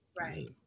right